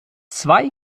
zwei